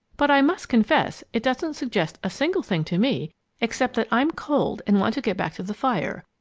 but i must confess it doesn't suggest a single thing to me except that i'm cold and want to get back to the fire.